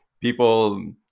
people